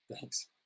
Thanks